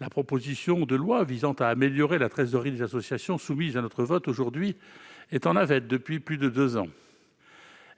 La proposition de loi visant à améliorer la trésorerie des associations, soumise à notre vote aujourd'hui, est en navette depuis plus de deux ans.